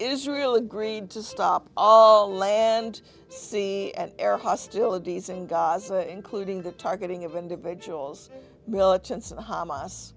israel agreed to stop all land sea and air hostilities in gaza including the targeting of individuals militants and hamas